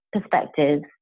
perspectives